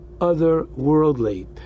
otherworldly